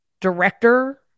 director